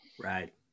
Right